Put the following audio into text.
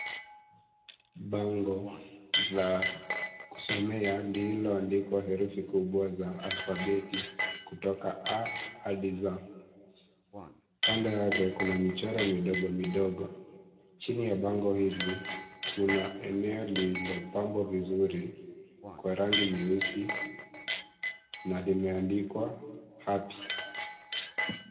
Bango la kusomea lililoandikwa herufi kubwa za alfabeti kutoka a hadi z. Kando yake kuna michoro midogo midogo. Chini ya bango hili kuna eneo lililopambwa vizuri kwa rangi nyeusi na limeandikwa happy .